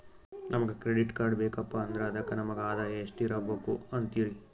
ನಮಗ credit card ಬೇಕಪ್ಪ ಅಂದ್ರ ಅದಕ್ಕ ನಮಗ ಆದಾಯ ಎಷ್ಟಿರಬಕು ಅಂತೀರಿ?